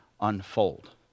unfold